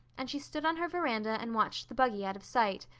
and she stood on her veranda and watched the buggy out of sight.